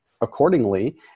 accordingly